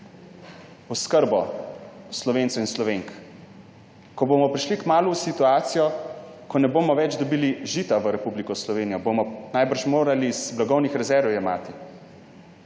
oskrbo Slovencev in Slovenk. Ko bomo kmalu prišli v situacijo, ko ne bomo več dobili žita v Republiko Slovenijo, bomo najbrž morali jemati iz blagovnih rezerv. In vi